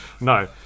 no